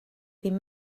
ddim